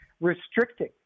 restricting